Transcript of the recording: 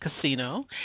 casino